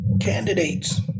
Candidates